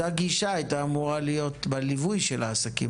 אותה גישה הייתה אמורה להיות בליווי של העסקים